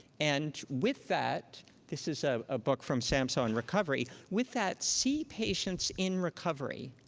and with that this is a ah book from samhsa on recovery with that, see patients in recovery.